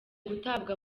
gutabwa